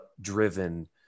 driven